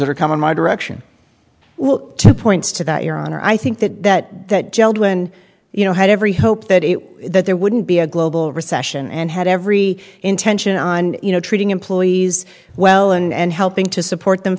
that are coming my direction well two points to that your honor i think that that that gel when you know had every hope that it that there wouldn't be a global recession and had every intention on you know treating employees well and helping to support them